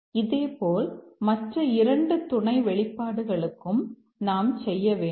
இதேபோல் மற்ற இரண்டு துணை வெளிப்பாடுகளுக்கும் நாம் செய்ய வேண்டும்